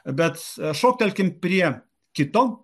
bet šoktelkim prie kito